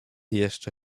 jeszcze